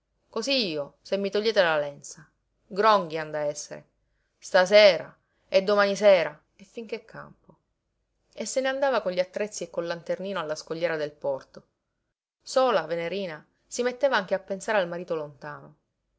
cosí io se mi togliete la lenza gronghi han da essere stasera e domani sera e fin che campo e se ne andava con gli attrezzi e col lanternino alla scogliera del porto sola venerina si metteva anche a pensare al marito lontano